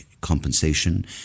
compensation